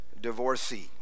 divorcee